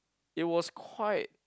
it was quite